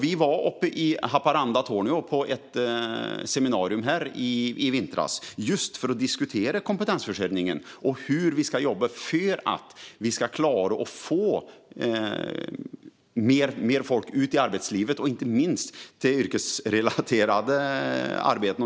Vi var uppe i Haparanda och Torneå på ett seminarium i vintras för att diskutera just kompetensförsörjningen och hur vi ska jobba för att få ut mer folk i arbetslivet, inte minst till specifika yrken.